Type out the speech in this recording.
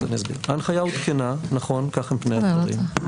ההנחיה עודכנה, נכון, כך הם פני הדברים.